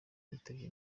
yitabye